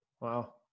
Wow